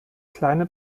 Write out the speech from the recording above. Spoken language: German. kleine